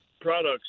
products